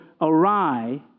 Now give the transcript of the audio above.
awry